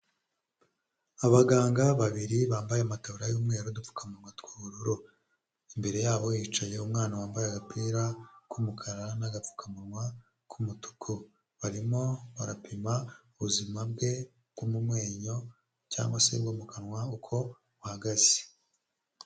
Abaganga babiri bambaye amatara y'umweru n'udupfukamunwa tw'ubururu imbere yabo yicaye umwana wambaye agapira k'umukara n'agapfukamunwa k'umutuku barimo barapima ubuzima bwe bw'amemyo cyangwa se bwo mu kanwa kugira ngo bamenye uko buhagaze.